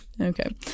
Okay